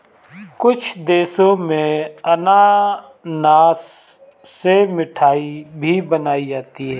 कुछ देशों में अनानास से मिठाई भी बनाई जाती है